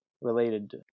related